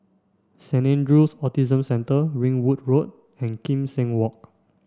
Saint Andrew's Autism Centre Ringwood Road and Kim Seng Walk